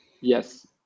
Yes